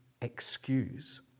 excuse